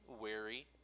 wary